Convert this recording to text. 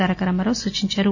తారక రామారావు సూచించారు